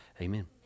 Amen